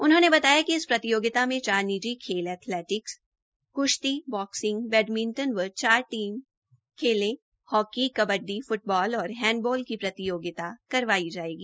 उन्होंने बताया कि इस प्रतियोगिता में चार निजी खेल एथलेटिक्सकृश्ती बाक्सिंग बैडमिंटन एवं चार टीम खेले हॉकी कबड़डी फ्टबाल तथा हैंडबाल की प्रतियोगिता करवाई जायेंगी